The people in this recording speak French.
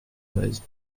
meuse